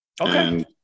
Okay